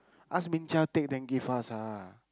ask Ming Qiao take then give us ah